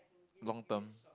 long term